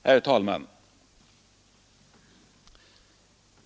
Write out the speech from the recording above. Herr talman!